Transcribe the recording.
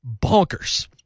bonkers